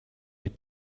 mit